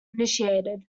initiated